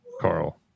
Carl